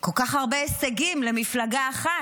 כל כך הרבה הישגים למפלגה אחת,